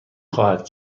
خواهد